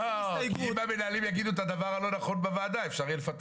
אם המנהלים יגידו את הדבר הלא נכון בוועדה אפשר יהיה לפטר אותם.